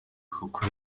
kuko